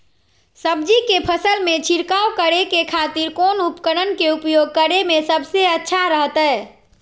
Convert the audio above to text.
सब्जी के फसल में छिड़काव करे के खातिर कौन उपकरण के उपयोग करें में सबसे अच्छा रहतय?